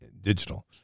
digital